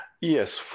Yes